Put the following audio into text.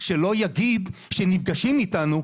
שלא יגיד שנפגשים איתנו,